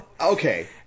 okay